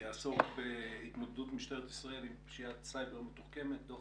יעסוק בהתמודדות משטרת ישראל עם פשיעת סייבר מתוחכמת על פי ממצאי דוח